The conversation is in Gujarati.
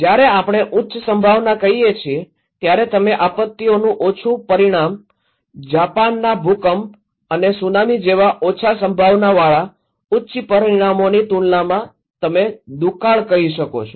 જ્યારે આપણે ઉચ્ચ સંભાવના કહીએ છીએ ત્યારે તમે આપત્તિઓનું ઓછું પરિણામ જાપાનના ભૂકંપ અને સુનામી જેવા ઓછા સંભાવનાવાળા ઉચ્ચ પરિણામોની તુલનામાં તમે દુકાળ કહી શકો છો